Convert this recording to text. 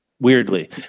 weirdly